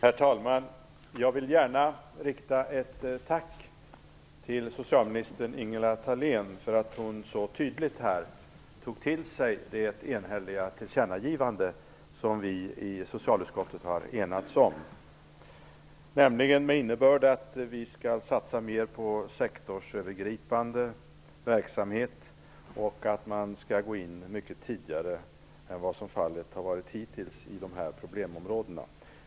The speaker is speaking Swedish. Fru talman! Jag vill gärna rikta ett tack till socialminister Ingela Thalén för att hon här så tydligt tog till sig det enhälliga tillkännagivande som vi i socialutskottet har enats om. Det innebär att vi skall satsa mer på sektorsövergripande verksamhet och att man skall gå in mycket tidigare i problemområdena än vad som hittills har varit fallet.